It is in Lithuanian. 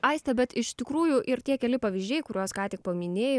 aistė bet iš tikrųjų ir tie keli pavyzdžiai kuriuos ką tik paminėjai